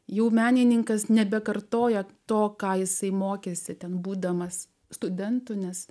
jų menininkas nebekartoja to ką jisai mokėsi ten būdamas studentu nes